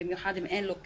במיוחד אם אין לו כסף,